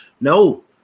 No